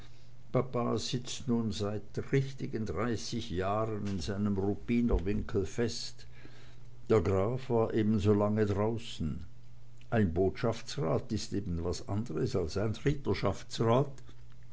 papa sitzt nun seit richtigen dreißig jahren in seinem ruppiner winkel fest der graf war ebensolange draußen ein botschaftsrat ist eben was andres als ein